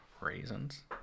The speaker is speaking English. raisins